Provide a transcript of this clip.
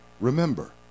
Remember